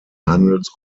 handels